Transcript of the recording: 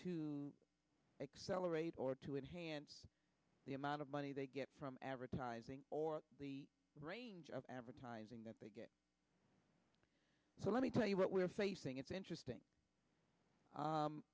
to accelerate or to enhance the amount of money they get from advertising or the range of advertising that they get so let me tell you what we're facing it's interesting